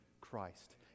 Christ